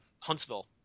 Huntsville